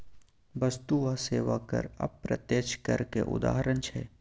बस्तु आ सेबा कर अप्रत्यक्ष करक उदाहरण छै